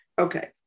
Okay